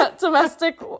domestic